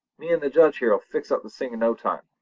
me and the judge here'll fix up this thing in no time,